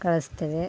ಕಳಿಸ್ತೇವೆ